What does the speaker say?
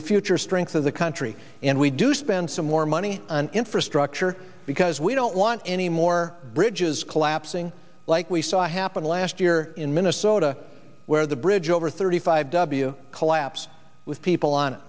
the future strength of the country and we do spend some more money on infrastructure because we don't want any more bridges collapsing like we saw happen last year in minnesota where the bridge over thirty five w collapse with people on